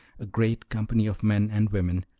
a great company of men and women,